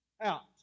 out